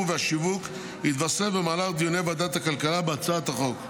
והשיווק התווסף במהלך דיוני ועדת הכלכלה בהצעת החוק.